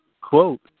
quote